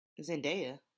Zendaya